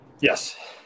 yes